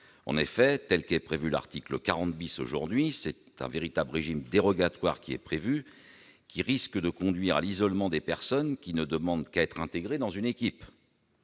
En effet, tel que l'article 40 est rédigé, c'est un véritable régime dérogatoire qui est prévu, lequel risque de conduire à l'isolement de personnes qui ne demandent qu'à être intégrées dans une équipe.